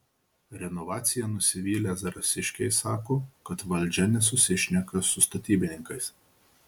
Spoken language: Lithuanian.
renovacija nusivylę zarasiškiai sako kad valdžia nesusišneka su statybininkais